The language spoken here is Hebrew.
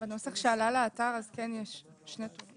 בנוסח שעלה לאתר אז כן יש שני טורים.